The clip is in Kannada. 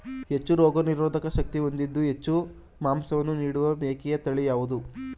ಹೆಚ್ಚು ರೋಗನಿರೋಧಕ ಶಕ್ತಿ ಹೊಂದಿದ್ದು ಹೆಚ್ಚು ಮಾಂಸವನ್ನು ನೀಡುವ ಮೇಕೆಯ ತಳಿ ಯಾವುದು?